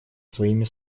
своими